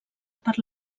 per